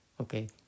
okay